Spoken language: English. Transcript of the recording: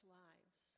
lives